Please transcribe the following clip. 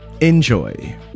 Enjoy